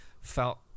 felt